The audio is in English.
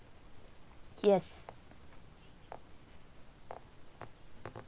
yes